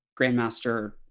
Grandmaster